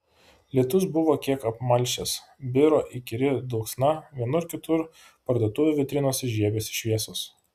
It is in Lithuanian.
lietus buvo kiek apmalšęs biro įkyri dulksna vienur kitur parduotuvių vitrinose žiebėsi šviesos